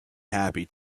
happy